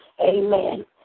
amen